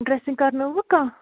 dressing کرنٲوٕ کانٛہہ